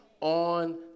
on